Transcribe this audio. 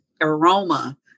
aroma